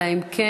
אלא אם כן,